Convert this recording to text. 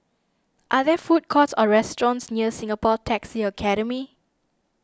are there food courts or restaurants near Singapore Taxi Academy